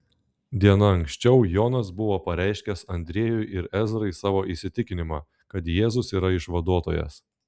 diena anksčiau jonas buvo pareiškęs andriejui ir ezrai savo įsitikinimą kad jėzus yra išvaduotojas